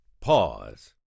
pause